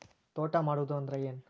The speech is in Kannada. ತೋಟ ಮಾಡುದು ಅಂದ್ರ ಏನ್?